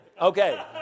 Okay